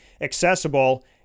accessible